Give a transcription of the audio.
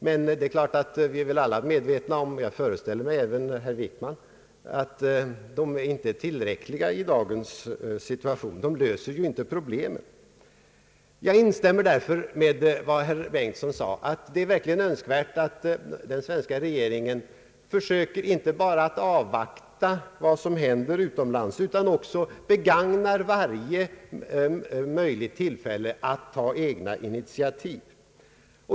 Men det är klart att vi alla — även herr Wickman, föreställer jag mig — är medvetna om att tal inte är tillräckliga i dagens läge. De löser ju inga problem. Jag instämmer därför med vad herr Bengtson sade att det verkligen är önskvärt att den svenska regeringen inte bara avvaktar vad som händer utomlands utan också försöker begagna varje möjlighet att ta egna initiativ.